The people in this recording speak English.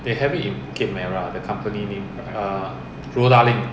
they have it in bukit merah the company name err rodalink